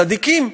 צדיקים.